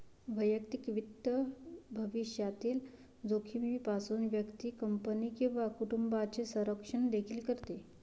वैयक्तिक वित्त भविष्यातील जोखमीपासून व्यक्ती, कंपनी किंवा कुटुंबाचे संरक्षण देखील करते